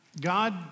God